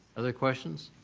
other questions?